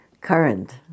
current